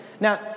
now